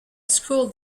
school